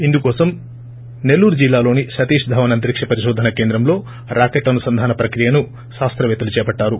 ఇందుకోసం నెల్లూరు జిల్లాలోని సతీష్ ధావన్ అంతరిక్ష పరిశోధన కేంద్రంలో రాకెట్ అనుసంధాన ప్రక్రియను శాస్త్రేత్తలు చేపట్టారు